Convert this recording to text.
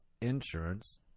insurance